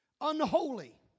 unholy